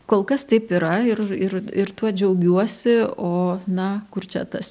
kol kas taip yra ir ir ir tuo džiaugiuosi o na kur čia tas